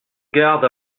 garde